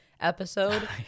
Episode